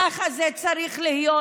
ככה זה צריך להיות.